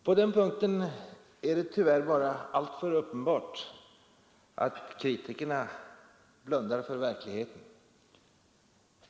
På den punkten är det tyvärr bara alltför uppenbart att kritikerna blundar för verkligheten.